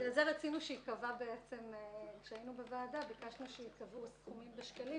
בגלל זה כאשר היינו בוועדה ביקשנו שייקבעו סכומים בשקלים,